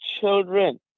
children